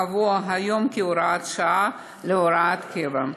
הקבוע היום כהוראת שעה, להוראת קבע.